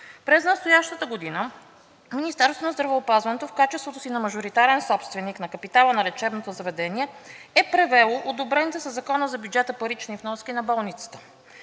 През настоящата година Министерството на здравеопазването в качеството си на мажоритарен собственик на капитала на лечебното заведение е превело одобрените със Закона за бюджета парични вноски на болницата.